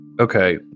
Okay